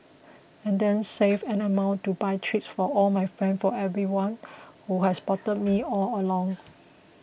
and then save an amount to buy treats for all my friends for everyone who has supported me all along